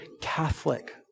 Catholic